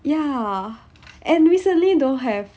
ya and recently don't have